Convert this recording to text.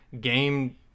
game